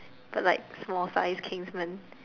but like small size Kingsmen